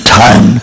time